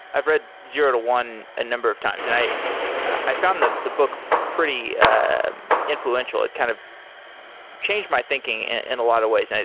i've read zero to one a number of times and i've found the the book pretty influential. it kind of changed my thinking in a lot of ways, and